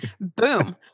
Boom